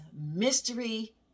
mystery